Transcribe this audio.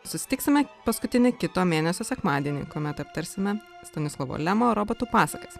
susitiksime paskutinį kito mėnesio sekmadienį kuomet aptarsime stanislovo lemo robotų pasakas